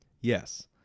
Yes